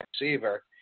receiver